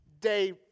Day